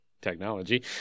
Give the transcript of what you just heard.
technology